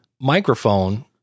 microphone